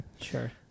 Sure